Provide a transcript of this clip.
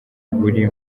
buri